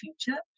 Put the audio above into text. future